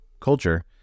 culture